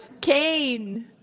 Cain